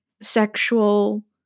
sexual